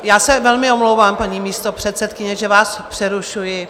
Já se velmi omlouvám, paní místopředsedkyně, že vás přerušuji.